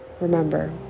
Remember